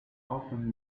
often